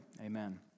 Amen